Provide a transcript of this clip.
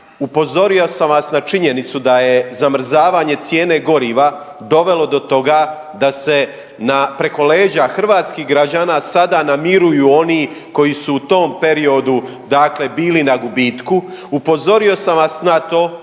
Upozorio sam vas na činjenicu da je zamrzavanje cijene goriva dovelo do toga da se na preko leđa hrvatskih građana sada namiruju oni koji su u tom periodu dakle bili na gubitku. Upozorio sam vas na to